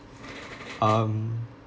um